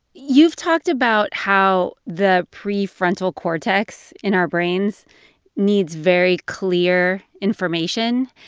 you've talked about how the prefrontal cortex in our brains needs very clear information.